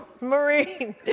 Marine